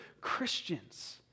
Christians